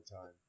time